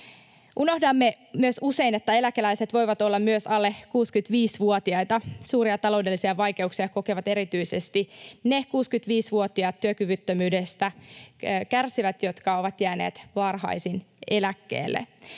Unohdamme myös usein, että eläkeläiset voivat olla myös alle 65-vuotiaita. Suuria taloudellisia vaikeuksia kokevat erityisesti ne 65-vuotiaat työkyvyttömyydestä kärsivät, jotka ovat jääneet varhain eläkkeelle.